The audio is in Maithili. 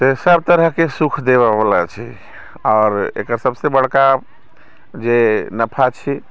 से सभतरहके सुख देबयवला छै आओर एकर सभसँ बड़का जे नफा छै